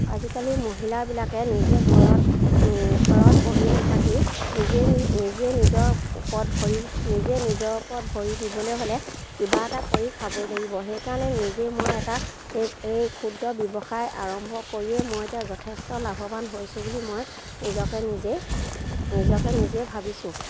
আজিকালি মহিলাবিলাকে নিজে ঘৰত ঘৰত বহি নেথাকি নিজে নিজে নিজৰ ওপৰত ভৰি নিজে নিজৰ ওপৰত ভৰি দিবলৈ হ'লে কিবা এটা কৰি খাবই লাগিব সেইকাৰণে নিজেই মই এটা এই এই ক্ষুদ্ৰ ব্যৱসায় আৰম্ভ কৰিয়েই মই এতিয়া যথেষ্ট লাভৱান হৈছোঁ বুলি মই নিজকে নিজে নিজকে নিজে ভাবিছোঁ